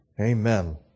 Amen